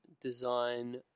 design